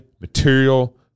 material